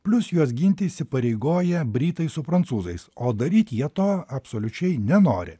plius juos ginti įsipareigoję britai su prancūzais o daryt jie to absoliučiai nenori